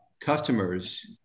customers